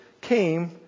came